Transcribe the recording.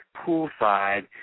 poolside